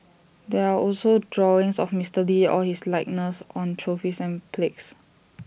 there are also drawings of Mister lee or his likeness on trophies and plagues